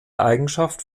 eigenschaft